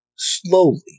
Slowly